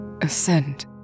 ascend